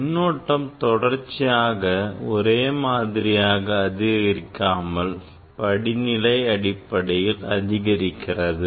மின்னோட்டம் தொடர்ச்சியாக ஒரே மாதிரி அதிகரிக்காமல் படிநிலை அடிப்படையில் அதிகரிக்கிறது